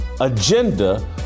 agenda